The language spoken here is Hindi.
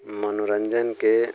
मनोरंजन के